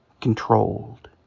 controlled